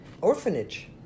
orphanage